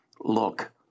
look